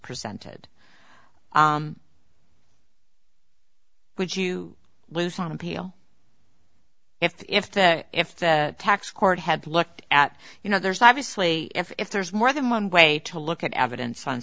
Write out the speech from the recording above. presented would you lose on appeal if that if the tax court had looked at you know there's obviously if there's more than one way to look at evidence on